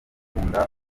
gukunda